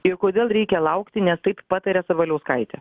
ir kodėl reikia laukti nes taip pataria sabaliauskaitė